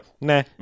nah